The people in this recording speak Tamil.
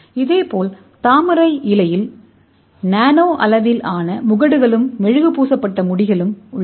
இதேபோல் தாமரை இலையில் நானோ அளவிலான முகடுகளும் மெழுகு பூசப்பட்ட முடிகளும் உள்ளன